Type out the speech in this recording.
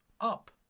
up